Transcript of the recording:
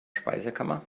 speisekammer